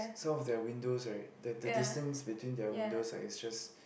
some of their windows right the the distance between their windows right is just